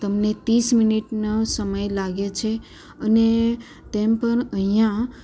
તમને ત્રીસ મિનીટનો સમય લાગે છે અને તેમ પણ અહીંયા